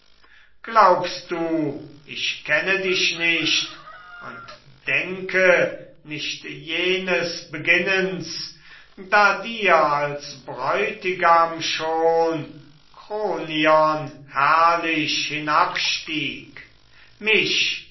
glaubst du ich kenne dich nicht und denke nicht jenes beginnens da dir als bräutigam schon kronion herrlich hinabstieg mich